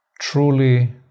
truly